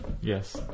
Yes